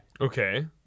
okay